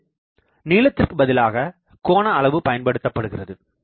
இதில் நீளத்திற்கு பதிலாக கோணஅளவு பயன்படுத்தப்படுகிறது